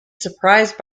surprised